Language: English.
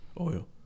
oil